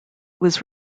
was